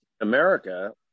America